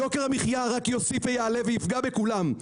יוקר המחיה רק יוסיף ויעלה ויפגע בכולם,